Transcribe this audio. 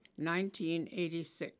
1986